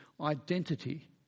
identity